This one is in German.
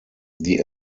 die